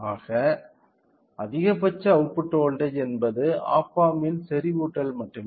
ஆக அதிகபட்ச output voltage என்பது ஆப் ஆம்ப் செறிவூட்டல் மட்டுமே